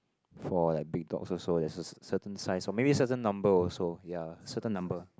for like big dogs also there's a cer~ certain size or maybe certain number also ya certain number